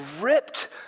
ripped